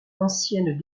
ancienne